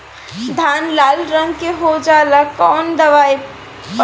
धान लाल रंग के हो जाता कवन दवाई पढ़े?